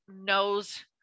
knows